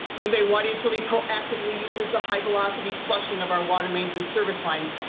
green bay water utility proactively uses the high velocity flushing of our water mains and service lines.